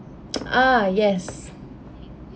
uh yes